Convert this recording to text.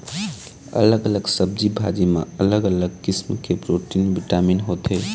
अलग अलग सब्जी भाजी म अलग अलग किसम के प्रोटीन, बिटामिन होथे